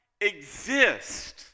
exist